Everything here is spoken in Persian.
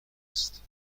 است